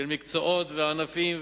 של מקצועות וענפים,